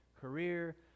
career